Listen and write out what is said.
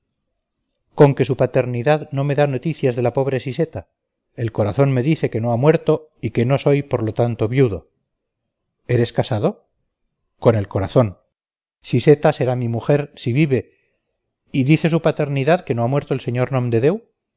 con que su paternidad no me da noticias de la pobre siseta el corazón me dice que no ha muerto y que no soy por lo tanto viudo eres casado con el corazón siseta será mi mujer si vive y dice su paternidad que no ha muerto el sr